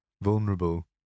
vulnerable